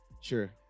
Sure